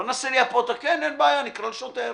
לא ננסה ליפות כן, אין בעיה, נקרא לשוטר,